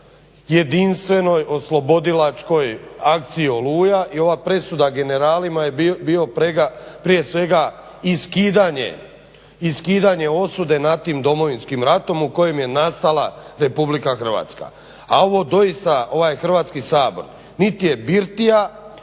jedinstvenoj oslobodilačkoj Akciji Oluja i ova presuda generalima je bio prije svega i skidanje osude nad tim Domovinskim ratom u kojem je nastala RH. A ovaj Hrvatski sabor niti je birtija